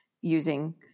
using